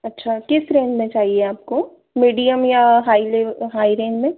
अच्छा किस रेंज में चाहिए आपको मीडियम या हाई ले हाई रेंज में